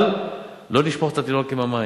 אבל לא לשפוך את התינוק עם המים.